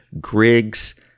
Griggs